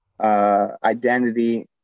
identity